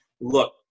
Look